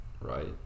right